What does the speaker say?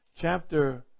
chapter